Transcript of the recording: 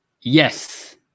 Yes